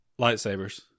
Lightsabers